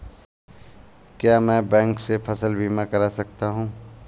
क्या मैं बैंक से फसल बीमा करा सकता हूँ?